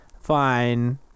fine